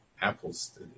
apples